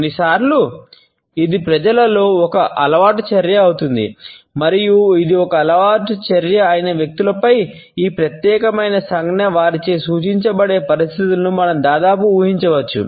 కొన్నిసార్లు ఇది ప్రజలలో ఒక అలవాటు చర్య అవుతుంది మరియు ఇది ఒక అలవాటు చర్య అయిన వ్యక్తులపై ఈ ప్రత్యేకమైన సంజ్ఞ వారిచే సూచించబడే పరిస్థితులను మనం దాదాపు ఊహించవచ్చు